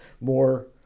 more